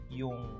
yung